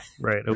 Right